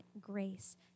grace